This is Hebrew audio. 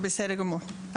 בסדר גמור.